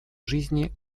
жизни